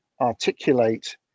articulate